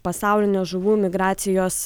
pasaulinio žuvų migracijos